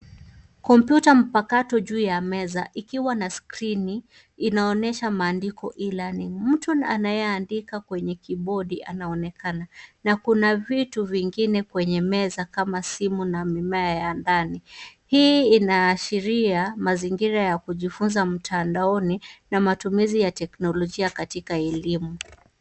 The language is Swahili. Kompyuta mpakato juu ya meza ikiwa na skrini inaonyesha maandiko e-learning . Mtu anayeandika kwenye kibodi anaonekana na kuna vitu vingine kwenye meza kama simu na mimea ya ndani. Hii inaashiria mazingira ya kujifunza mitandaoni na matumizi ya teknolojia katika elimu.